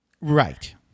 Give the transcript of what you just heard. Right